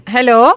Hello